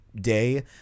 day